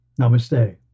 Namaste